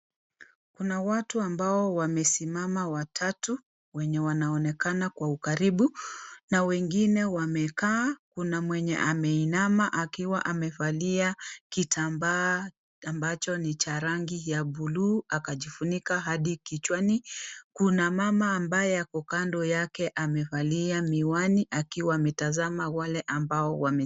Kuna watu ambao wamesimama watatu wenye wanaonekana kwa ukaribu na wengine wamekaa, Kuna mwenye ameinama akiwa amevalia kitambaa ambacho ni Cha rangi ya blue akajifunika hadi kichwani, Kuna mama ambaye Ako kando yake amevalia miwani akiwa ametazama wale ambao wame